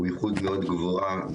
הוא באיכות מאוד גבוהה,